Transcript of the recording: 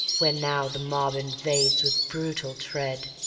where now the mob invades with brutal tread,